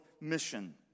mission